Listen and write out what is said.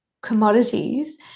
commodities